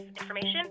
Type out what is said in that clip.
information